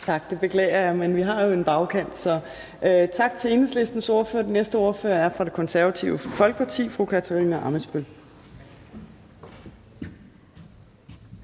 Tak. Det beklager jeg, men vi har jo en bagkant. Så tak til Enhedslistens ordfører. Den næste ordfører er fra Det Konservative Folkeparti, fru Katarina Ammitzbøll.